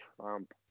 Trump